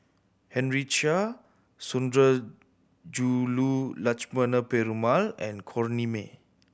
Henry Chia Sundarajulu Lakshmana Perumal and Corrinne May